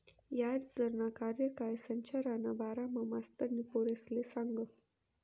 याजदरना कार्यकाय संरचनाना बारामा मास्तरनी पोरेसले सांगं